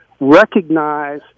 recognize